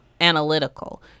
Analytical